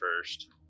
first